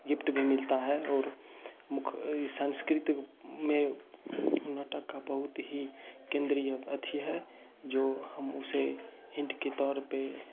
gift भी मिलता है और मुख सांस्कृतिक में नाटक का बहुत ही केंद्रीय अथी है जो हम उसे हिंट के तौर पर